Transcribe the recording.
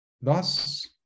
Thus